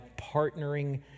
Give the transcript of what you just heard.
partnering